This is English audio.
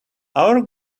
our